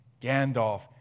Gandalf